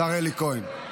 השר אלי כהן.